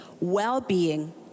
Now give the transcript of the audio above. well-being